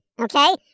okay